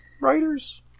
writers